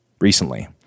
recently